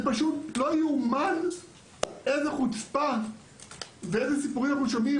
זה פשוט לא יאומן איזו חוצפה ואיזה סיפורים אנחנו שומעים.